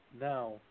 now